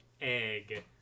egg